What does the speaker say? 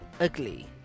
ugly